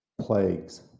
plagues